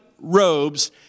robes